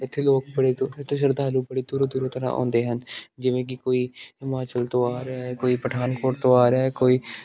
ਇੱਥੇ ਲੋਕ ਬੜੇ ਦੂ ਇੱਥੇ ਸ਼ਰਧਾਲੂ ਬੜੇ ਦੂਰੋਂ ਦੂਰੋਂ ਤਰ੍ਹਾਂ ਆਉਂਦੇ ਹਨ ਜਿਵੇਂ ਕਿ ਕੋਈ ਹਿਮਾਚਲ ਤੋਂ ਆ ਰਿਹਾ ਕੋਈ ਪਠਾਨਕੋਟ ਤੋਂ ਆ ਰਿਹਾ ਕੋਈ